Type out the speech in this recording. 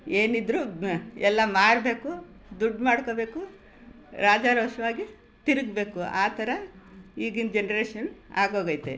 ಏನಿದ್ದರೂ ಎಲ್ಲ ಮಾರಬೇಕು ದುಡ್ಡು ಮಾಡ್ಕೊಳ್ಬೇಕು ರಾಜಾರೋಷವಾಗಿ ತಿರುಗ್ಬೇಕು ಆ ಥರ ಈಗಿನ ಜನ್ರೇಷನ್ ಆಗೋಗೈತೆ